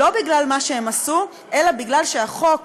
כי הייתם גאים בזה.